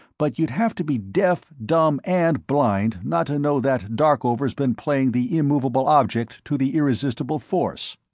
but you'd have to be deaf, dumb and blind not to know that darkover's been playing the immovable object to the irresistible force.